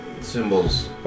Symbols